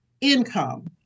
income